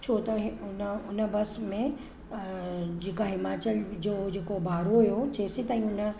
छो त इहे उन उन बस में जेका हिमाचल जो जेको भाड़ो हुओ जंहिंसि ताईं हुन